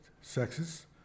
sexes